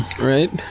right